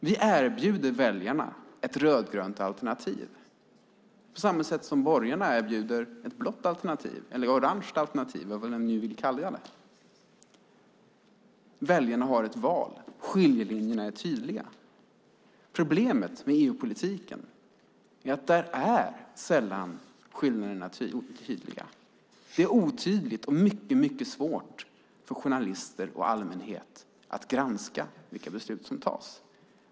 Vi erbjuder väljarna ett rödgrönt alternativ på samma sätt som borgarna erbjuder ett blått alternativ, ett orange alternativ eller vad ni vill kalla det. Väljarna har ett val. Skiljelinjerna är tydliga. Problemet med EU-politiken är att skillnaderna där sällan är tydliga. Det är otydligt och mycket svårt för journalister och allmänhet att granska vilka beslut som fattas?